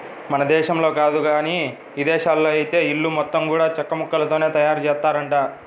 మన దేశంలో కాదు గానీ ఇదేశాల్లో ఐతే ఇల్లు మొత్తం గూడా చెక్కముక్కలతోనే తయారుజేత్తారంట